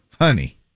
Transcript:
Honey